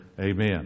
amen